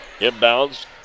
Inbounds